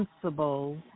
principles